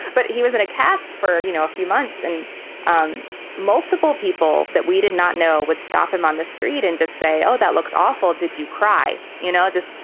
but he was in a cast for, you know, a few months and um multiple people that we did not know would stop him on the street and just say, oh, that looks awful. did you cry? you know, just.